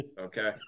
okay